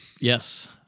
Yes